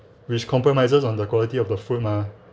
which compromises on the quality of the food mah